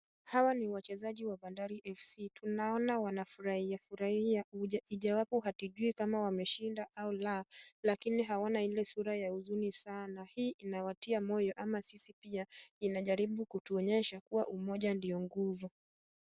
Hawa ni wachezaji wa Bandari FC. Tunaona wanafurahia furahia ijawapo hatujui kama wameshinda au la lakini hawana ile sura ya huzuni sana. Hii inawatia moyo ama sisi pia inajaribu kutuonyesha kuwa umoja ndio nguvu.